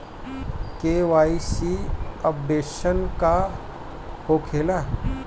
KYC updation का होखेला?